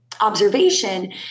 observation